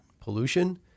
pollution